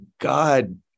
God